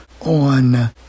on